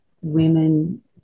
women